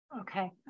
Okay